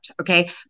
okay